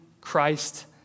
Christ